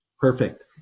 Perfect